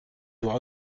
doit